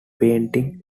painting